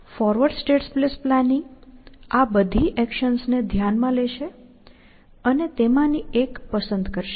forward state space planning આ બધી એક્શન્સને ધ્યાનમાં લેશે અને તેમાંની એક પસંદ કરશે